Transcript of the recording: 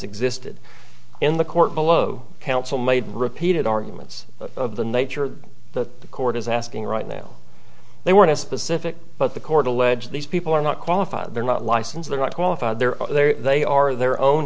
existed in the court below counsel made repeated arguments of the nature that the court is asking right now they want to specific but the court allege these people are not qualified they're not licensed they're not qualified they're there they are their own